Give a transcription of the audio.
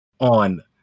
on